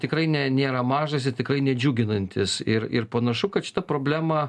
tikrai ne nėra mažas ir tikrai nedžiuginantis ir ir panašu kad šita problema